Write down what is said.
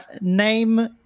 name